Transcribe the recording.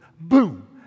boom